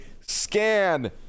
scan